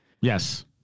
Yes